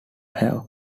have